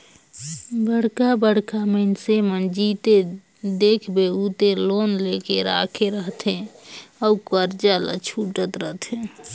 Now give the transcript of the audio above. बड़का बड़का मइनसे मन जिते देखबे उते लोन लेके राखे रहथे अउ करजा ल छूटत रहथे